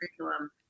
curriculum